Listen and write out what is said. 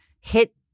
hit